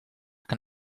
can